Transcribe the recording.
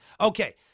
Okay